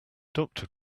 doctor